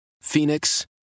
Phoenix